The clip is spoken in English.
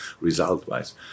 result-wise